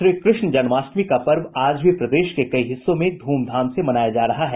श्रीकृष्ण जन्माष्टमी का पर्व आज भी प्रदेश के कई हिस्सों में धूमधाम से मनाया जा रहा है